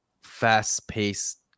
fast-paced